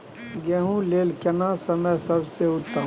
गेहूँ लेल केना समय सबसे उत्तम?